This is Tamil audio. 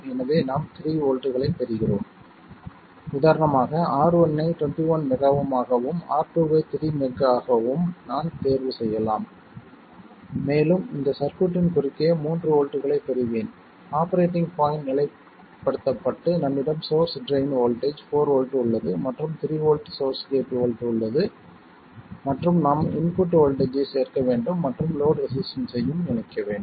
எனவே நாம் 3 வோல்ட்களைப் பெறுகிறோம் உதாரணமாக R1 ஐ 21 மெகா ஓம் ஆகவும் R2 ஐ 3 MΩ ஆகவும் நான் தேர்வு செய்யலாம் மேலும் இந்தச் சர்க்யூட்டின் குறுக்கே 3 வோல்ட்களைப் பெறுவேன் ஆபரேட்டிங் பாய்ண்ட் நிலைப்படுத்தப்பட்டு நம்மிடம் சோர்ஸ் ட்ரைன் வோல்ட்டேஜ் 4 வோல்ட் உள்ளது மற்றும் 3 வோல்ட் சோர்ஸ் கேட் வோல்ட்டேஜ் உள்ளது மற்றும் நாம் இன்புட் வோல்ட்டேஜ் ஐ சேர்க்க வேண்டும் மற்றும் லோட் ரெசிஸ்டன்ஸ்ஸையும் இணைக்க வேண்டும்